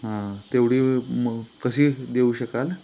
हां तेवढी मग कशी देऊ शकाल